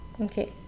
Okay